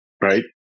right